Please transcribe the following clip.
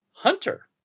Hunter